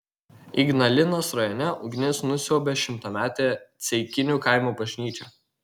ignalinos rajone ugnis nusiaubė šimtametę ceikinių kaimo bažnyčią